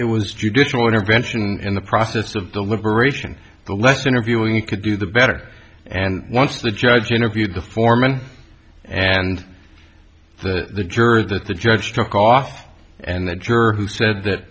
it was judicial intervention and in the process of deliberation the less interviewing you could do the better and once the judge interviewed the foreman and the jerk that the judge took off and the juror who said that